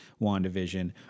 WandaVision